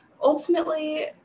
Ultimately